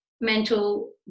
mental